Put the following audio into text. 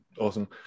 awesome